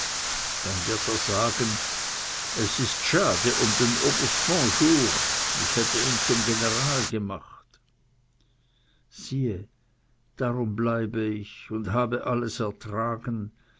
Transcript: dann wird er sagen es ist schade um den oberst bonjour ich hätte ihn zum general gemacht siehe darum bleibe ich und habe alles ertragen